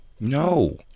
No